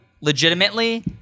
legitimately